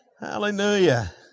Hallelujah